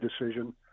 decision